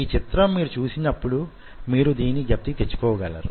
ఈ చిత్రం మీకు చూపినప్పుడు మీరు దీనిని ఙ్ఞప్తికి తెచ్చుకోగలరు